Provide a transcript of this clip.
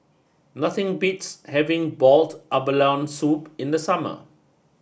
nothing beats having Boiled Abalone Soup in the summer